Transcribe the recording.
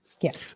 Yes